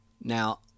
Now